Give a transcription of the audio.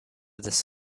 this